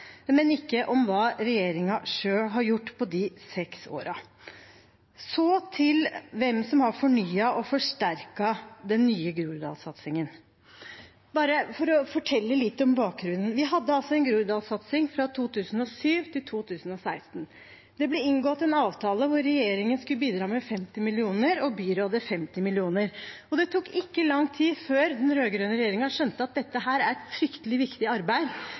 men ikke om hva regjeringen selv har gjort på de seks årene. Så til hvem som har fornyet og forsterket den nye Groruddalssatsingen. Bare for å fortelle litt om bakgrunnen: Vi hadde en Groruddalssatsing fra 2007 til 2016. Det ble inngått en avtale hvor regjeringen skulle bidra med 50 mill. kr og byrådet med 50 mill. kr. Det tok ikke lang tid før den rød-grønne regjeringen skjønte at dette er et fryktelig viktig arbeid,